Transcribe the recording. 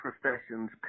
professions